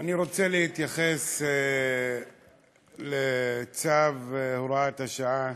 אני רוצה להתייחס לצו הוראת השעה